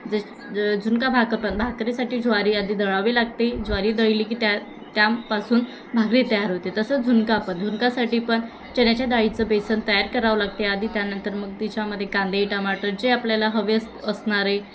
ज ज झुणका भाक पण भाकरीसाठी ज्वारी आधी दळावी लागते ज्वारी दळली की त्या त्यापासून भाकरी तयार होते तसंच झुणका पण झुणकासाठी पण चण्याच्या दाळीचं बेसन तयार करावं लागते आधी त्यानंतर मग तिच्यामध्ये कांदे टमाटर जे आपल्याला हवे अस असणारे